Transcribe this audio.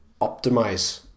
optimize